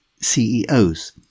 CEOs